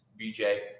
BJ